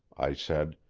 i said.